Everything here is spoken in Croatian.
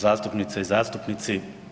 zastupnice i zastupnici.